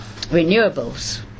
renewables